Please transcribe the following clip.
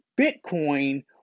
Bitcoin